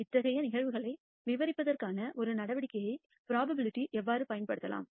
இத்தகைய நிகழ்வுகளை விவரிப்பதற்கான ஒரு நடவடிக்கையாக ப்ரோபபிலிட்டி எவ்வாறு பயன்படுத்தப்படலாம்